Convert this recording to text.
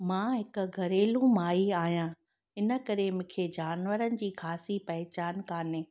मां हिकु घरेलु माई आहियां इन करे मूंखे जानवरनि जी ख़ासि पहचान कान्हे